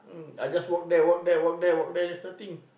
I just work there work there work there work there there's nothing